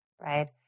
right